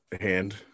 hand